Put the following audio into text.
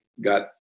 got